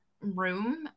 room